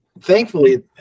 thankfully